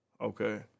Okay